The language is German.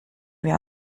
wir